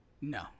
No